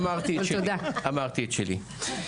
אמרתי את שלי.